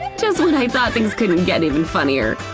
just when i thought things couldn't get even funnier.